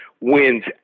wins